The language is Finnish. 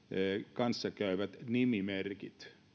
kanssakäyvät nimimerkit